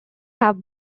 have